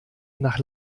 nach